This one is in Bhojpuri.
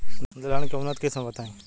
दलहन के उन्नत किस्म बताई?